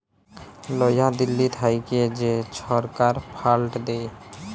লয়া দিল্লী থ্যাইকে যে ছরকার ফাল্ড দেয়